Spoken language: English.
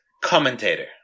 commentator